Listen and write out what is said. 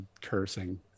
cursing